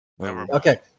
Okay